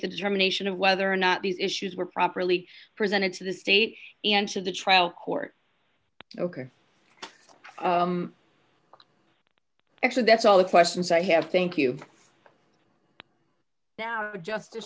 the determination of whether or not these issues were properly presented to the state and to the trial court ok actually that's all the questions i have thank you justice